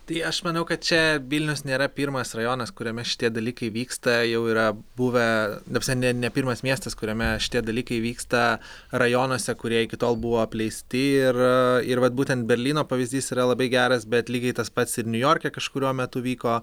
tai aš manau kad čia vilnius nėra pirmas rajonas kuriame šitie dalykai vyksta jau yra buvę ta prasme ne ne pirmas miestas kuriame šitie dalykai vyksta rajonuose kurie iki tol buvo apleisti ir ir vat būtent berlyno pavyzdys yra labai geras bet lygiai tas pats ir niujorke kažkuriuo metu vyko